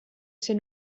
ser